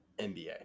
NBA